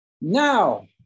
Now